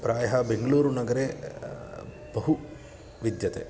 प्रायः बेङ्ग्ळूरुनगरे बहु विद्यते